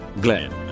Glenn